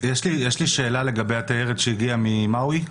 יש לי שאלה לגבי התיירת שהגיעה ממלאווי.